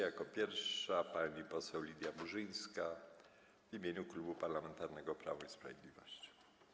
Jako pierwsza pani poseł Lidia Burzyńska w imieniu Klubu Parlamentarnego Prawo i Sprawiedliwość.